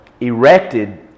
erected